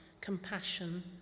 compassion